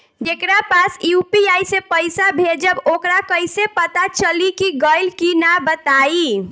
जेकरा पास यू.पी.आई से पईसा भेजब वोकरा कईसे पता चली कि गइल की ना बताई?